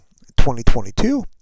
2022